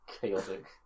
chaotic